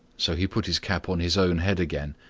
so he put his cap on his own head again.